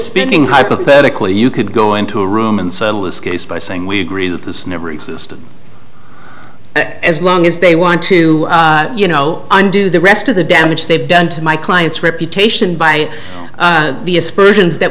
spinning hypothetically you could go into a room and settle this case by saying we agree that this never existed as long as they want to you know undo the rest of the damage they've done to my client's reputation by the